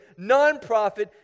nonprofit